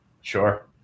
Sure